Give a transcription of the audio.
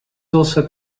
also